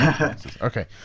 okay